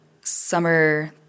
summer